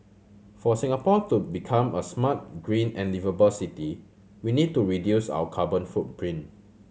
for Singapore to become a smart green and liveable city we need to reduce our carbon footprint